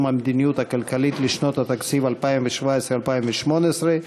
המדיניות הכלכלית לשנות התקציב 2017 ו-2018),